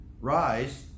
rise